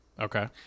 Okay